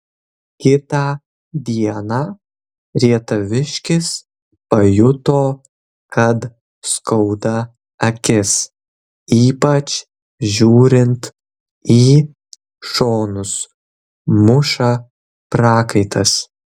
kitą dieną rietaviškis pajuto kad skauda akis ypač žiūrint į šonus muša prakaitas